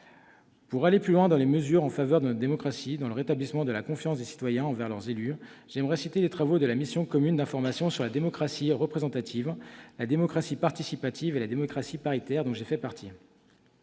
Pour aller plus loin dans les mesures en faveur de notre démocratie, dans le rétablissement de la confiance des citoyens envers leurs élus, j'aimerais citer les travaux de la mission commune d'information sur la démocratie représentative, la démocratie participative et la démocratie paritaire, dont j'ai fait partie.